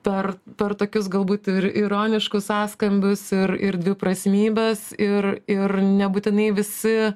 per per tokius galbūt ir ironiškus sąskambius ir ir dviprasmybes ir ir nebūtinai visi